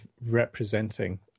representing